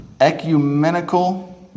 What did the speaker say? ecumenical